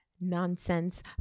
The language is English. Nonsense